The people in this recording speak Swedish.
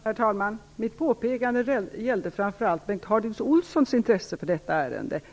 Herr talman! Mitt påpekande gällde framför allt Bengt Harding Olsons intresse för detta ärende.